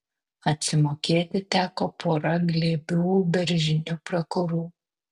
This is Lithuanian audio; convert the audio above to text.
atsimokėti teko pora glėbių beržinių prakurų